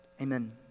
Amen